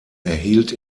erhielt